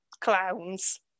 clowns